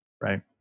right